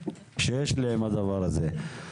שיש לי עם הדבר הזה.